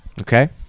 Okay